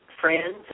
friends